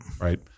right